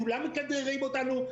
כולם מכדררים אותנו,